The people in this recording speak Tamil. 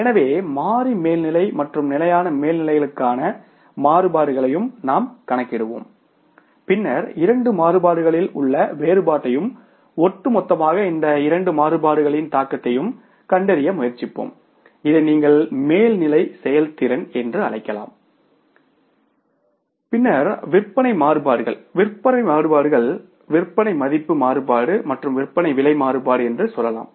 எனவே மாறி மேல்நிலை மற்றும் நிலையான மேல்நிலைகளுக்கான மாறுபாடுகளையும் நாம் கணக்கிடுவோம் பின்னர் இரண்டு மாறுபாடுகளில் உள்ள வேறுபாட்டையும் ஒட்டுமொத்தமாக இந்த இரண்டு மாறுபாடுகளின் தாக்கத்தையும் கண்டறிய முயற்சிப்போம் இதை நீங்கள் மேல்நிலை செயல்திறன் என்று அழைக்கலாம் பின்னர் விற்பனை மாறுபாடுகள் விற்பனை மாறுபாடுகள் விற்பனை மதிப்பு மாறுபாடு மற்றும் விற்பனை விலை மாறுபாடு என்று சொல்லலாம்